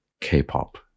K-pop